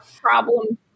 problem